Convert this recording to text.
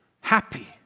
Happy